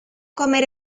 comer